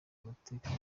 amateka